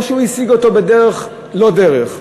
או שהוא השיג אותו בדרך לא דרך,